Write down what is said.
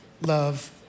love